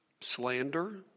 Slander